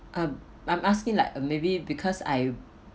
um I'm asking like uh maybe because I